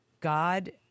God